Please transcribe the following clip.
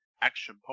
Action